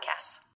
podcasts